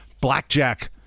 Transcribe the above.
Blackjack